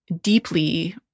deeply